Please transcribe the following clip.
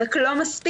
רק לא מספיק,